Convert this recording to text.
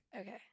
Okay